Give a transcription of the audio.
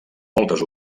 moltes